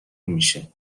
میشه